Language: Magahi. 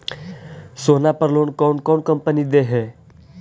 सोना पर लोन कौन कौन कंपनी दे है?